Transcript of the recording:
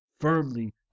firmly